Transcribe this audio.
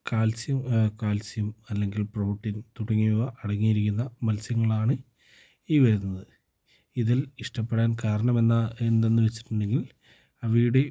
calcium calcium അല്ലെങ്കിൽ protein തുടങ്ങിയവ അടങ്ങിയിരിക്കുന്ന മത്സ്യങ്ങളാണ് ഈ വരുന്നത് ഇതിൽ ഇഷ്ടപ്പെടാൻ കാരണമെന്തെന്നു വച്ചിട്ടുണ്ടെങ്കിൽ വീട്